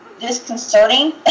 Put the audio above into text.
disconcerting